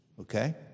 okay